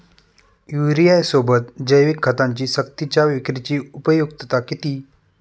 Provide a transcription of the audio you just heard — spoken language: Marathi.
युरियासोबत जैविक खतांची सक्तीच्या विक्रीची उपयुक्तता किती?